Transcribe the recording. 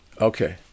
Okay